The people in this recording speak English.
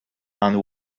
and